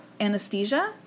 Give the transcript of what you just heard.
anesthesia